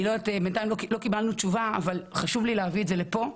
בינתיים לא קיבלנו תשובה אבל חשוב לי להביא את זה לפה.